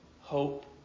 hope